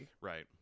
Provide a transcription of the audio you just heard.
Right